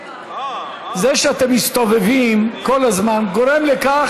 זה שאתם מסתובבים כל הזמן גורם לכך